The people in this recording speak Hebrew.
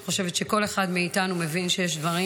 אני חושבת שכל אחד מאיתנו מבין שיש דברים